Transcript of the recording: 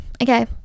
okay